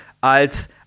als